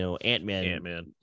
Ant-Man